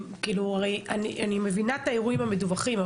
כאילו הרי אני מבינה את האירועים המדווחים,